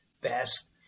best